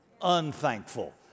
unthankful